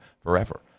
forever